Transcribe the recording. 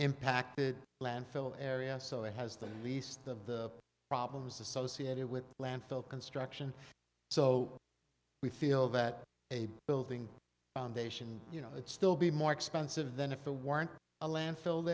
impacted landfill area so it has the least of the problems associated with landfill construction so we feel that a building foundation you know still be more expensive than if it weren't a landfill